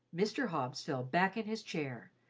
mr. hobbs fell back in his chair,